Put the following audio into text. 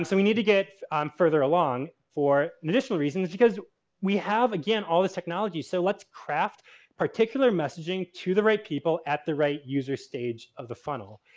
so we need to get further along for an additional reason. it's because we have, again, all this technology, so let's craft particular messaging to the right people at the right user stage of the funnel.